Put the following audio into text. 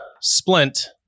splint